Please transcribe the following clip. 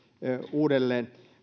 uudelleen